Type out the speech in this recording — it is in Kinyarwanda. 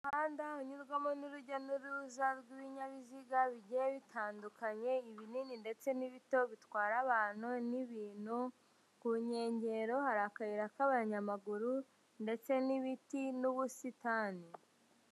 Umuhanda unyurwamo n'urujya n'uruza rw'ibinyabiziga, bigiye bitandukanye, ibinini ndetse n'ibito, bitwara abantu n'ibintu, ku nkengero hari akayira k'abanyamaguru ndetse n'ibiti n'ubusitani.